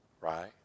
right